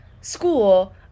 school